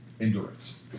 endurance